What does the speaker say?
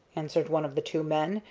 answered one of the two men,